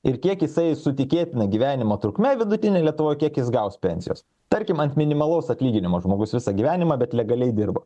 ir kiek jisai su tikėtina gyvenimo trukme vidutine lietuvoj kiek jis gaus pensijos tarkim ant minimalaus atlyginimo žmogus visą gyvenimą bet legaliai dirba